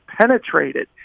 penetrated